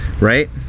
right